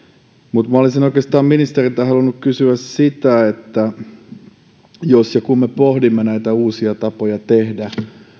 mutta minä olisin oikeastaan ministeriltä halunnut kysyä sitä että jos ja kun me pohdimme näitä uusia tapoja tehdä